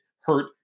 hurt